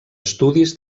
estudis